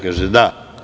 Kaže – da.